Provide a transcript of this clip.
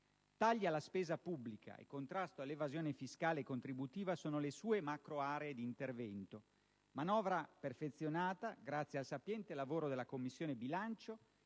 tagli alla spesa pubblica e il contrasto all'evasione fiscale e contributiva sono le sue macroaree di intervento. La manovra è stata perfezionata grazie al sapiente lavoro della Commissione bilancio